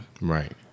Right